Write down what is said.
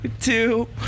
two